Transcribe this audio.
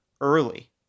early